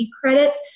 credits